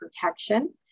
protection